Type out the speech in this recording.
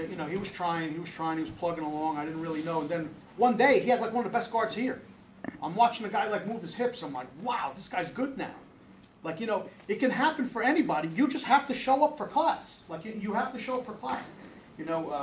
you know he was trying. and he was trying who's plugging along i didn't really know and then one day he had like one of the best guards here i'm watching the guy like move his hair someone wow this guy's good now like you know it can happen for anybody you just have to show up for class like if you have to show up for class you know